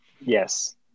yes